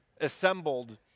assembled